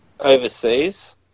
overseas